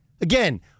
Again